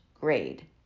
grade